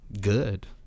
good